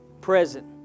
Present